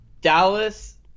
Dallas